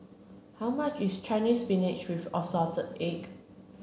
how much is Chinese Spinach with Assorted Eggs